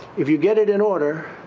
if you get it in order,